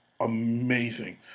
amazing